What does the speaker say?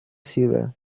ciudad